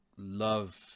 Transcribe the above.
love